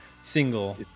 single